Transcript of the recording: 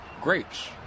grapes